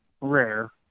rare